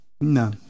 No